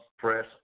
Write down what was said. Press